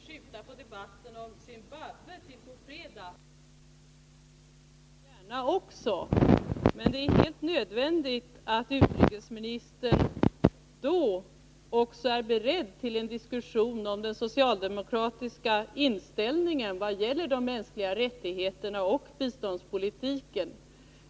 Herr talman! Utrikesministern vill skjuta på debatten om Zimbabwe till på fredag, och det gör också jag gärna. Men det är helt nödvändigt att utrikesministern då är beredd att diskutera den socialdemokratiska inställningen, vad gäller de mänskliga rättigheterna och biståndspolitiken.